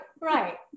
Right